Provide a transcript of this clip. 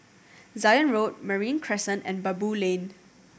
Zion Road Marine Crescent and Baboo Lane